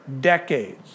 decades